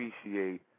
appreciate